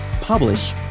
publish